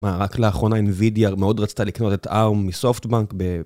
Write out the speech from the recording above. מה, רק לאחרונה Nvidia, מאוד רצתה לקנות את ARM מסופטבנק ב...